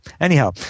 Anyhow